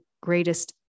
greatest